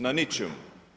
Na ničemu.